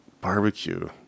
barbecue